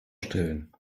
stellen